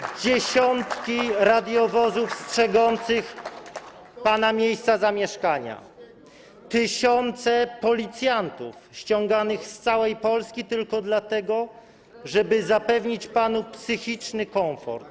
To są dziesiątki radiowozów strzegących pana miejsca zamieszkania, tysiące policjantów ściąganych z całej Polski tylko dlatego, żeby zapewnić panu psychiczny komfort.